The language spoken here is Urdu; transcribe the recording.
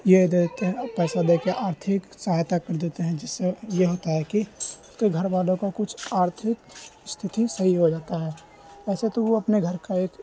یہ دیتے ہیں پیسہ دے کے آرتھک سہایتا کر دیتے ہیں جس سے یہ ہوتا ہے کہ اس کے گھر والوں کو کچھ آرتھک استتھی صحیح ہو جاتا ہے ایسے تو وہ اپنے گھر کا ایک